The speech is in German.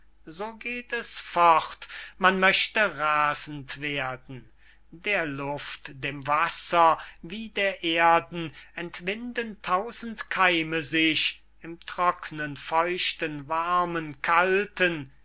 so geht es fort man möchte rasend werden der luft dem wasser wie der erden entwinden tausend keime sich im trocknen feuchten warmen kalten